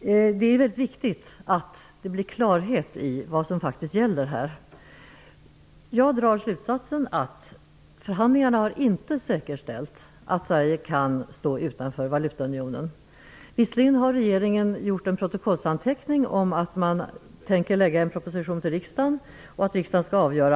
Det är väldigt viktigt att det blir klarhet i vad som faktiskt gäller. Jag drar slutsatsen att förhandlingarna inte har säkerställt att Sverige kan stå utanför valutaunionen. Visserligen har regeringen gjort en protokollsanteckning om att den tänker lägga fram en proposition till riksdagen och att riksdagen skall avgöra.